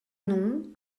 nom